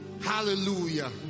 Hallelujah